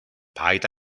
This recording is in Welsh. paid